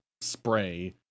spray